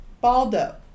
Baldo